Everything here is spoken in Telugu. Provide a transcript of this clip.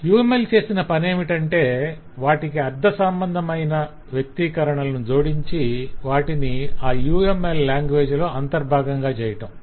UML చేసిన పనేమిటంటే వాటికి అర్ధసంబంధమైన వ్యక్తీకరణలను జోడించి వాటిని ఆ UML లాంగ్వేజ్ లో అంతర్భాగంగా చేయటం